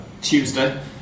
Tuesday